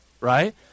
Right